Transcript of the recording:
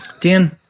Dan